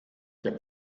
der